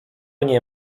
nie